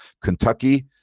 Kentucky